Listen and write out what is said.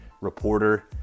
reporter